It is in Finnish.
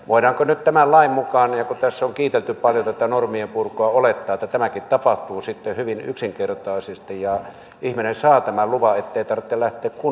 voidaanko nyt tämän lain mukaan kun tässä on kiitelty paljon tätä tätä normienpurkua olettaa että tämäkin tapahtuu sitten hyvin yksinkertaisesti ja ihminen saa tämän luvan ettei tarvitse kunnan lähteä